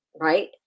right